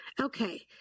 Okay